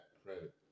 credit